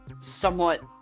somewhat